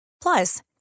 Plus